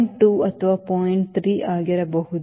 3 ಆಗಿರಬಹುದು